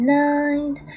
night